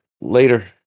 Later